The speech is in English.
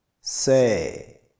Say